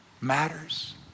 matters